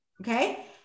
okay